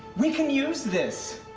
we can use this.